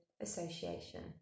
association